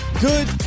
good